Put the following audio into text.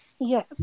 Yes